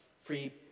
free